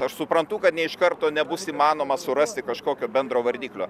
aš suprantu kad ne iš karto nebus įmanoma surasti kažkokio bendro vardiklio